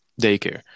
daycare